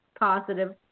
positive